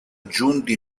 giunti